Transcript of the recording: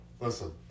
listen